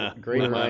Great